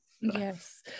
Yes